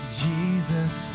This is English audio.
jesus